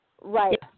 Right